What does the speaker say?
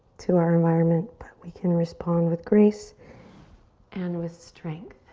to our environment but we can respond with grace and with strength.